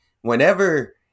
whenever